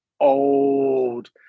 old